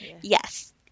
yes